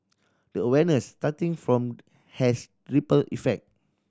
the awareness starting from has ripple effect